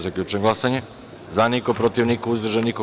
Zaključujem glasanje: za – niko, protiv – niko, uzdržanih – nema.